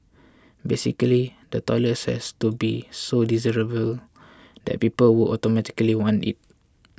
basically the toilets has to be so desirable that people would automatically want it